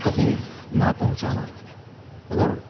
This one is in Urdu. تکلیف نہ پہنچانا اگر